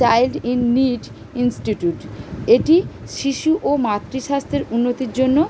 child in need institute এটি শিশু ও মাতৃ স্বাস্থ্যের উন্নতির জন্য